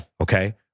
okay